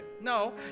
No